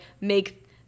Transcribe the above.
make